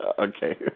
Okay